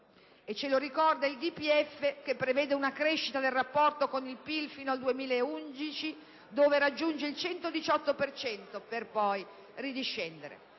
e ce lo ricorda il DPEF, che prevede una crescita del rapporto con il PIL fino al 2011, dove raggiunge il 118 per cento, per poi ridiscendere.